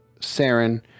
Saren